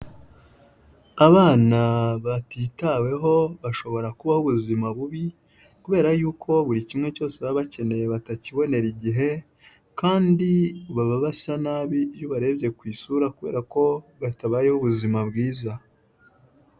Abana batitaweho bashobora kubaho ubuzima bubi kubera yuko buri kimwe cyose baba bakeneye batakibonera igihe kandi baba basa nabi iyo ubarebye ku isura kubera ko batabayeho ubuzima bwiza.